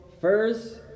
first